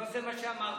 לא זה מה שאמרתי.